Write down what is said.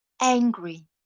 angry